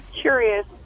curious